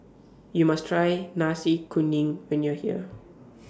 YOU must Try Nasi Kuning when YOU Are here